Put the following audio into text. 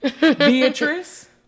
beatrice